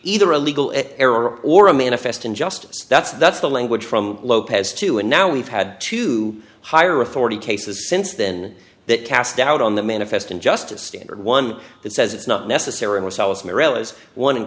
either a legal error or a manifest in justice that's that's the language from lopez to and now we've had two higher authority cases since then that cast doubt on the manifest injustice standard one that says it's not necessar